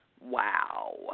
Wow